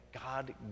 God